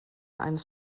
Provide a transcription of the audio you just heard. eines